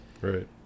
right